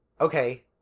okay